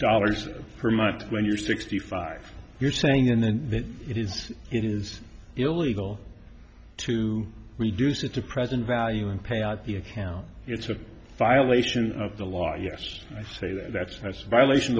dollars per month when you're sixty five you're saying and then it is it is illegal to reduce it to present value and pay out the account it's a violation of the law yes i say that's that's a violation